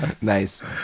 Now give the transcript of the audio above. Nice